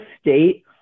State